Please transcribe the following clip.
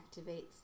activates